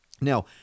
Now